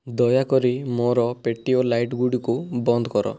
ଦୟାକରି ମୋର patio light ଗୁଡ଼ିକୁ ବନ୍ଦ କର